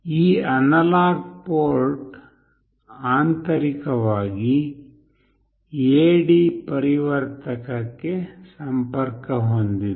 ಈ analog port ಆಂತರಿಕವಾಗಿ AD ಪರಿವರ್ತಕಕ್ಕೆ ಸಂಪರ್ಕ ಹೊಂದಿದೆ